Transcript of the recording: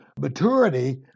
maturity